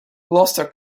gloucester